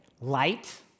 Light